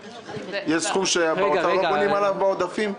יש סכום שאתם לא בונים עליו בעודפים?